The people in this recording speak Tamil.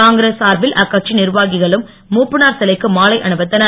காங்கிரஸ் சார்பில் அக்கட்சி நிர்வாகிகளும் மூப்பனார் சிலைக்கு மாலை அணிவித்தனர்